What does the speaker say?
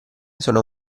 sono